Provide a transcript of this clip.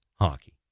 hockey